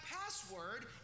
password